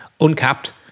uncapped